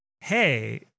hey